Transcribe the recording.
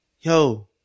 yo